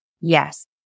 Yes